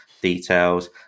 Details